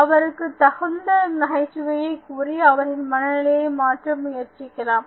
அவருக்கு தகுந்த நகைச்சுவையை கூறி அவரின் மனநிலையை மாற்ற முயற்சிக்கலாம்